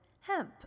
hemp